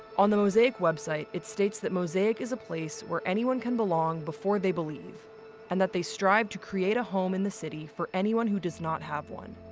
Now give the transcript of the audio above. on the mosaic website, it states that mosaic is a place where anyone can belong before they believe and that they strive to create a home in the city for anyone who does not have one.